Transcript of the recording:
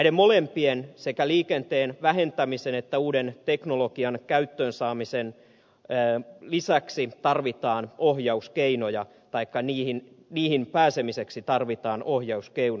näihin molempiin sekä liikenteen vähentämiseen että uuden teknologian käyttöön saamiseen jään lisäksi tarvitaan ohjauskeinoja paikka niin niihin pääsemiseksi tarvitaan ohjauskeinoja